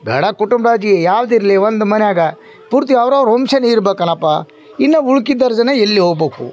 ಬೇಡ ಕುಟುಂಬ ರಾಜೀ ಯಾವ್ದಿರಲಿ ಒಂದು ಮನೇಗ ಪೂರ್ತಿ ಅವ್ರವ್ರ ವಂಶಾನೇ ಇರ್ಬೇಕೇನಪ್ಪ ಇನ್ನು ಉಳ್ಕಿದೋರು ಜನ ಎಲ್ಲಿ ಹೋಬೇಕು